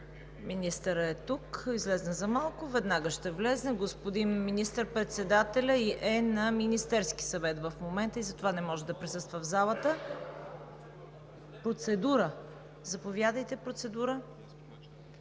Министърът е тук. Излезе за малко, веднага ще влезе. Господин министър председателят е на Министерски съвет в момента и затова не може да присъства в залата. Заповядайте за процедура.